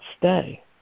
stay